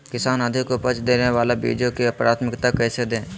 किसान अधिक उपज देवे वाले बीजों के प्राथमिकता कैसे दे?